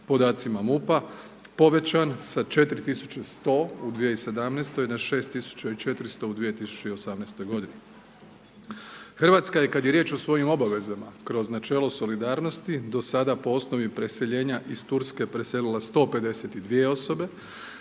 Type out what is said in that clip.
podacima MUP-a povećan sa 4.100 u 2017. na 6.400 u 2018. godini. Hrvatska je kad je riječ o svojim obavezama kroz načelo solidarnosti do sada po osnovi preseljena iz Turske preselila 152 osobe.